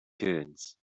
kids